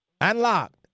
unlocked